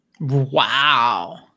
wow